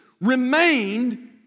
remained